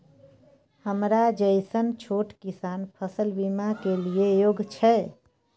हमरा जैसन छोट किसान फसल बीमा के लिए योग्य छै?